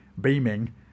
Beaming